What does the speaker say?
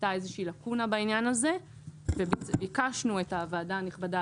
הייתה איזושהי לקונה בעניין הזה ובזמנו ביקשנו את הוועדה הנכבדה